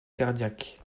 cardiaque